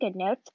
GoodNotes